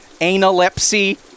analepsy